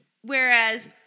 Whereas